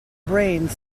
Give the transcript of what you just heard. brains